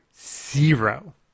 zero